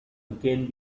again